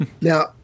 Now